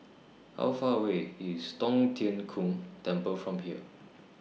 How Far away IS Tong Tien Kung Temple from here